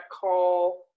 call